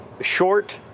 short